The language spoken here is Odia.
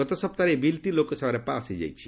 ଗତ ସପ୍ତାହରେ ଏହି ବିଲ୍ଟି ଲୋକସଭାରେ ପାସ୍ ହୋଇଯାଇଛି